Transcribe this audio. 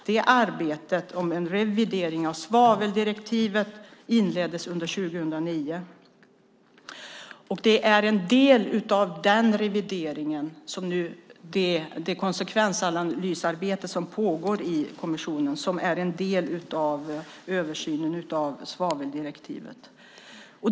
Detta arbete om en revidering av svaveldirektivet inleddes under 2009 och är en del av den revidering och det konsekvensanalysarbete som pågår i kommissionen. Det är en del av översynen av svaveldirektivet.